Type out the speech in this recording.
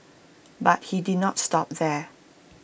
but he did not stop there